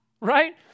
right